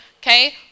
okay